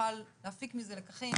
נוכל להפיק מזה לקחים